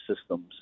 systems